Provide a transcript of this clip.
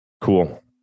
Cool